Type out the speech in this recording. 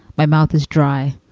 my mouth is dry,